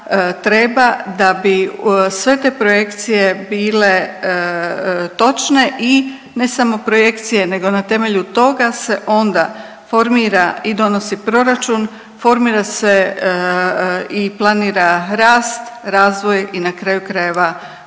treba da bi sve te projekcije bile točne i ne samo projekcije nego na temelju toga se onda formira i donosi proračun, formira se i planira rast, razvoj i na kraju krajeva usmjerava